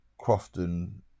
Crofton